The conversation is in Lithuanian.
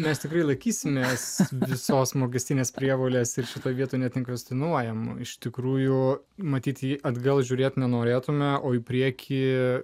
mes tikrai laikysimės visos mokestinės prievolės ir šitoje vietoj ne nekvestionuojam iš tikrųjų matyt jį atgal žiūrėti nenorėtumėme o į priekį